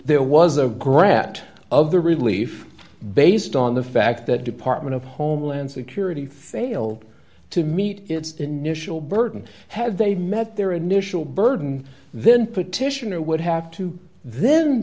there was a grant of the relief based on the fact that department of homeland security failed to meet its initial burden had they met their initial burden then petitioner would have to